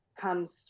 comes